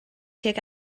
tuag